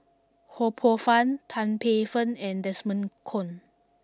Ho Poh Fun Tan Paey Fern and Desmond Kon